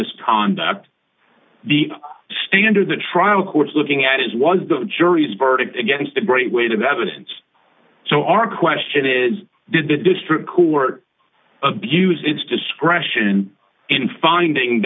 misconduct the standard the trial court's looking at is was the jury's verdict against the great weight of evidence so our question is did the district court abused its discretion in finding